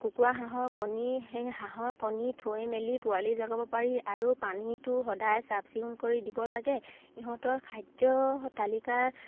কুকুৰা হাঁহৰ কণী সেই হাঁহৰ কণী থৈ মেলি পোৱালি জগাব পাৰি আৰু পানীটো সদায় চাফ চিকুণ কৰি দিব লাগে ইহঁতৰ খাদ্য তালিকাৰ